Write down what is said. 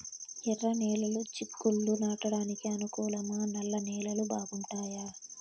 ఎర్రనేలలు చిక్కుళ్లు నాటడానికి అనుకూలమా నల్ల నేలలు బాగుంటాయా